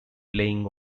playing